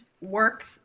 work